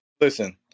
listen